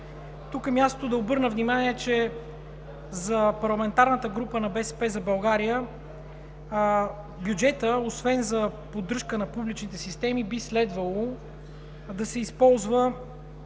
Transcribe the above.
Тук е мястото да обърна внимание, че за парламентарната група на „БСП за България“ бюджетът, освен за поддръжка на публичните системи, би следвало да се използва